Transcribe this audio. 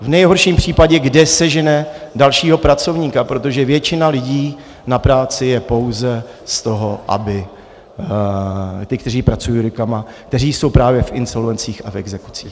V nejhorším případě, kde sežene dalšího pracovníka, protože většina lidí na práci je pouze z toho, aby ti, kteří pracují rukama, kteří jsou právě v insolvencích a v exekucích.